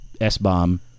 S-bomb